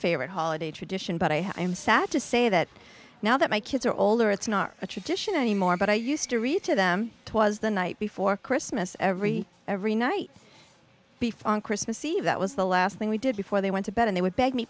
favorite holiday tradition but i am sad to say that now that my kids are older it's not a tradition anymore but i used to read to them twas the night before christmas every every night before on christmas eve that was the last thing we did before they went to bed and they would beg me